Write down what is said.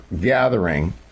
gathering